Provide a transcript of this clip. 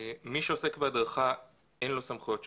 מי שעוסק בהדרכה, אין לו סמכויות שוטר.